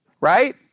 Right